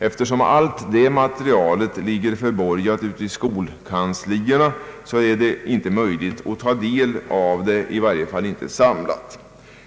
Eftersom allt det materialet ligger förborgat i skolkanslierna är det inte möjligt att ta del av det, i varje fall inte samlat.